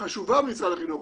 חשובה במשרד החינוך,